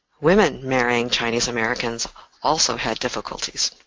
women marrying chinese-americans also had difficulties.